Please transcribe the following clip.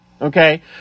Okay